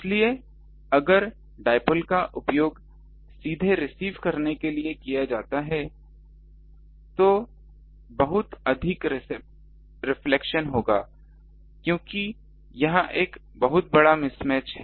इसलिए अगर डाइपोल का उपयोग सीधे रिसीव करने के लिए किया जाता है तो बहुत अधिक रिफ्लेक्शन होगा क्योंकि यह एक बहुत बड़ा मिसमैच है